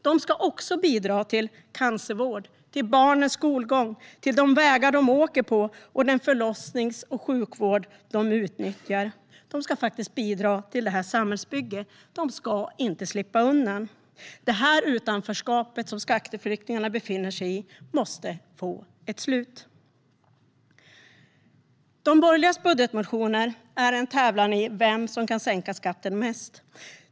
De ska också bidra till cancervård, barnens skolgång, de vägar de åker på och den förlossnings och sjukvård de utnyttjar. De ska faktiskt bidra till samhällsbygget; de ska inte slippa undan. Det utanförskap som skatteflyktingarna befinner sig i måste få ett slut. De borgerligas budgetmotioner är en tävlan i vem som kan sänka skatten mest.